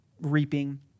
reaping